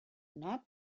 not